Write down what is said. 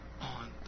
on